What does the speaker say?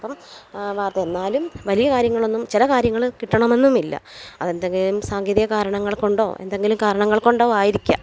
അപ്പം വാർത്ത എന്നാലും വലിയ കാര്യങ്ങളൊന്നും ചില കാര്യങ്ങൾ കിട്ടണമെന്നും ഇല്ല അത് എന്തെങ്കിലും സാങ്കേതിക കാരണങ്ങൾകൊണ്ടോ എന്തെങ്കിലും കാരണങ്ങൾകൊണ്ടോ ആയിരിക്കാം